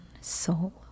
soul